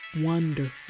wonderful